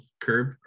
CURB